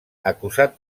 acusat